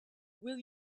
will